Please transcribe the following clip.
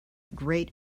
great